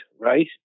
right